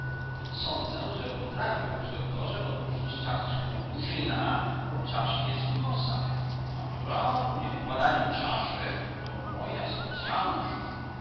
sądzę że potrafiłbyś doktorze odróżnić czaszkę murzyna od czaszki eskimosa naturalnie badanie czaszek to moja specyalność